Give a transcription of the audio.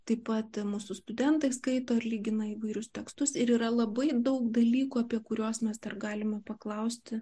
taip pat mūsų studentai skaito ir lygina įvairius tekstus ir yra labai daug dalykų apie kuriuos mes dar galime paklausti